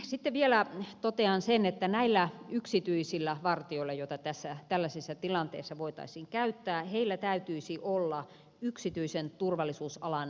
sitten vielä totean sen että näillä yksityisillä vartijoilla joita tällaisissa tilanteissa voitaisiin käyttää täytyisi olla yksityisen turvallisuusalan peruskoulutus